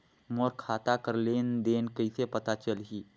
मोर खाता कर लेन देन कइसे पता चलही?